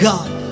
God